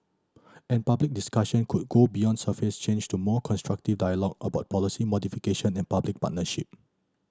and public discussion could go beyond surface change to more constructive dialogue about policy modification and public partnership